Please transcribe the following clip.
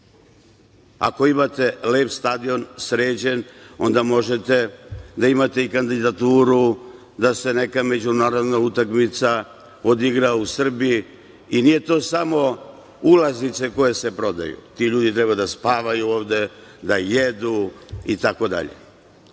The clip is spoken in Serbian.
Ako imate lep stadion, sređen, onda možete da imate i kandidaturu da se neka međunarodna utakmica odigra u Srbiji. I nije to samo ulaznice koje se prodaju. Ti ljudi treba da spavaju ovde, da jedu itd. Šta će